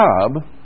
job